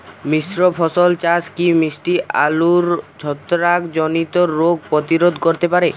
মিশ্র ফসল চাষ কি মিষ্টি আলুর ছত্রাকজনিত রোগ প্রতিরোধ করতে পারে?